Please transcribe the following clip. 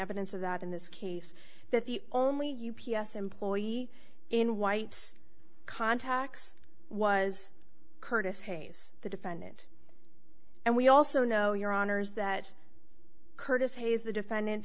evidence of that in this case that the only u p s employee in white's contacts was curtis hayes the defendant and we also know your honour's that curtis hayes the defendant